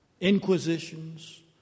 inquisitions